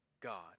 God